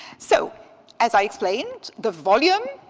so as i explained, the volume,